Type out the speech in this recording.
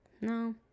No